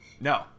No